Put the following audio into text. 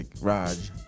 Raj